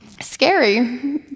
scary